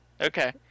Okay